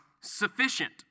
sufficient